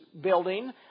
building